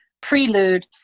prelude